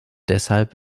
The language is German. deshalb